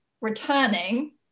returning